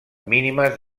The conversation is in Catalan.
mínimes